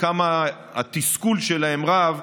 כמה התסכול שלהם רב,